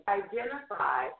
identify